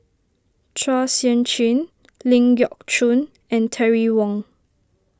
Chua Sian Chin Ling Geok Choon and Terry Wong